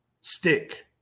stick